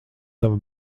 tava